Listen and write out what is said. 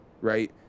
Right